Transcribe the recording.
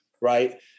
right